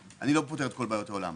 אני לא פותר את כל בעיות העולם.